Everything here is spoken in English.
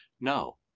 No